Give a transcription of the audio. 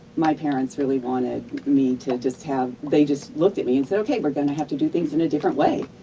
my parents really wanted me to just have they just looked at me and said, okay, we're just going to have to do things in a different way.